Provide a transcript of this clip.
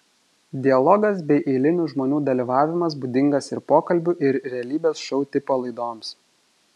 dialogas bei eilinių žmonių dalyvavimas būdingas ir pokalbių ir realybės šou tipo laidoms